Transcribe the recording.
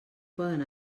poden